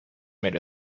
made